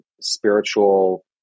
spiritual